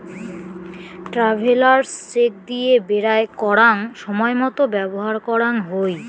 travellers cheque দিয়ে বেরায় করাঙ সময়ত ব্যবহার করাং হই